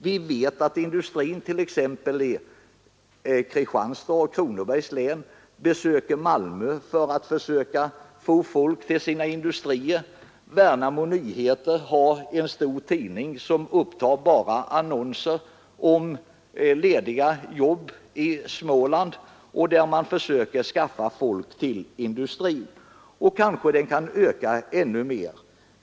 Vi vet att företagare från t.ex. Kristianstads och Kronobergs län besöker Malmö för att få folk till sina industrier. Värnamo Nyheter har en stor avdelning som upptar bara annonser om lediga jobb i Småland, där man försöker skaffa folk till industrin. Och kanske detta kommer att öka ännu mer.